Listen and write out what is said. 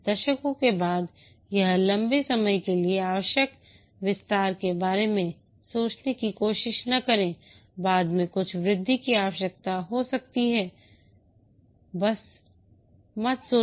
दशकों के बाद या लंबे समय के लिए आवश्यक विस्तारके बारे में सोचने की कोशिश न करें बाद में कुछ वृद्धि की आवश्यकता हो सकती है वह मत सोचो